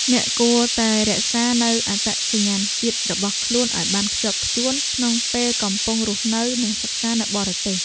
អ្នកគួរតែរក្សានូវអត្តសញ្ញាណជាតិរបស់ខ្លួនឱ្យបានខ្ជាប់ខ្ជួនក្នុងពេលដែលកំពុងរស់នៅនិងសិក្សានៅបរទេស។